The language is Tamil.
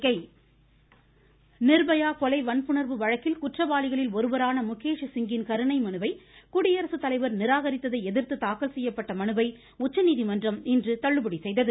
நிர்பயா நிர்பயா கொலை வன்புணர்வு வழக்கில் குற்றவாளிகளில் ஒருவரான முகேஷ் சிங் ன் கருணை மனுவை குடியரசு தலைவர் நிராகரித்ததை எதிர்த்து தாக்கல் செய்யப்பட்ட மனுவை உச்ச நீதிமன்றம் இன்று தள்ளுபடி செய்தது